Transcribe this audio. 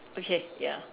okay ya